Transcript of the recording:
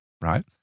right